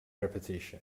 repetition